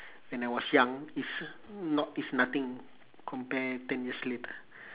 when I was young is not is nothing compare ten years later